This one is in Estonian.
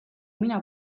mina